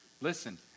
listen